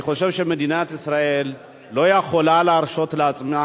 אני חושב שמדינת ישראל לא יכולה להרשות לעצמה,